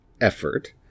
effort